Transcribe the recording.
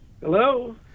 hello